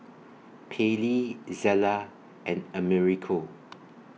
Pallie Zela and Americo